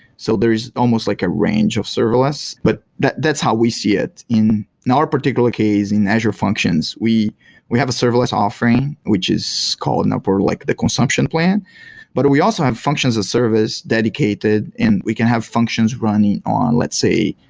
so there is almost like a range of serverless, but that's how we see it. in in our particular case in azure functions, we we have a serverless offering, which is called in upper like the consumption plan but we also have functions a service dedicated and we can have functions running on let's say,